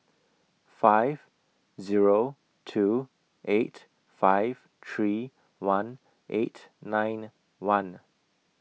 five Zero two eight five three one eight nine one